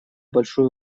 большую